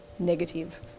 negative